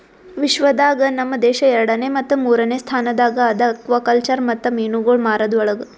ವಿಶ್ವ ದಾಗ್ ನಮ್ ದೇಶ ಎರಡನೇ ಮತ್ತ ಮೂರನೇ ಸ್ಥಾನದಾಗ್ ಅದಾ ಆಕ್ವಾಕಲ್ಚರ್ ಮತ್ತ ಮೀನುಗೊಳ್ ಮಾರದ್ ಒಳಗ್